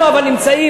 אנחנו אבל נמצאים,